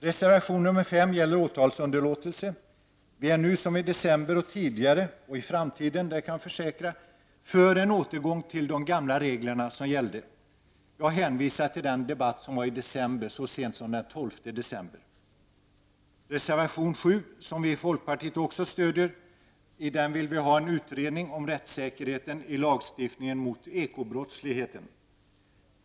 Reservation nr 5 gäller åtalsunderlåtelse. Vi är nu — liksom vi var i december och kommer att vara i framtiden, det kan jag försäkra — för en återgång till de gamla reglerna. Jag hänvisar till den debatt som fördes så sent som den 12 december. Reservation nr 7, som vi i folkpartiet också stödjer, vill ha en utredning av rättssäkerheten i lagstiftningen mot Eko-brottsligheten.